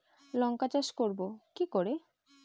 লঙ্কা চাষ করব কি করে?